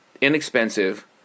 inexpensive